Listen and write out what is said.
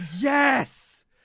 Yes